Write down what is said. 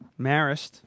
Marist